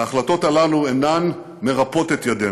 ההחלטות האלה אינן מרפות את ידינו.